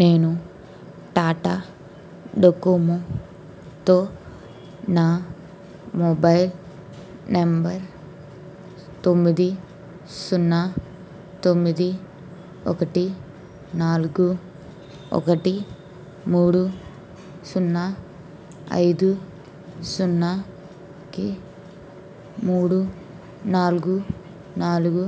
నేను టాటా డొకోమోతో నా మొబైల్ నెంబర్ తొమ్మిది సున్నా తొమ్మిది ఒకటి నాలుగు ఒకటి మూడు సున్నా ఐదు సున్నాకి మూడు నాలుగు నాలుగు